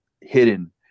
hidden